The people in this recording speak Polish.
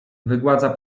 wygładza